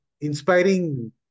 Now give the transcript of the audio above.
inspiring